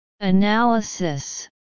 Analysis